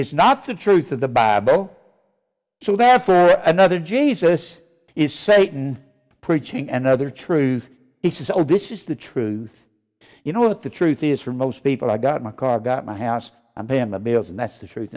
is not the truth of the bible so that for another jesus is satan preaching and other truth he says this is the truth you know what the truth is for most people i got my car got my house i'm paying my bills and that's the truth